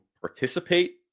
participate